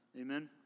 Amen